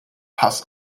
pass